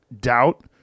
doubt